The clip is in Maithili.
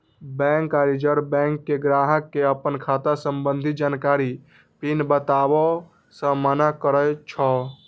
बैंक आ रिजर्व बैंक तें ग्राहक कें अपन खाता संबंधी जानकारी, पिन बताबै सं मना करै छै